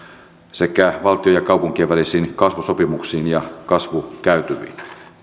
sekä valtion ja kaupunkien välisiin kasvusopimuksiin ja kasvukäytäviiin